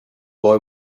boy